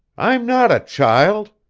i'm not a child.